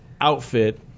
outfit